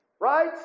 Right